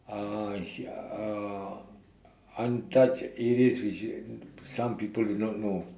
uh uh untouched areas which is some people also do not know